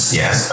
yes